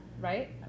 Right